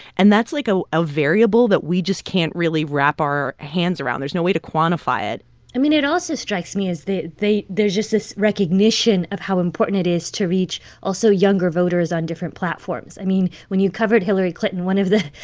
and that's, like, a ah variable that we just can't really wrap our hands around. there's no way to quantify it i mean, it also strikes me as they they there's just this recognition of how important it is to reach also younger voters on different platforms. i mean, when you covered hillary clinton, one of the,